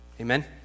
Amen